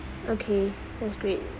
okay that's great